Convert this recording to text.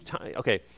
Okay